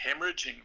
hemorrhaging